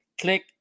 click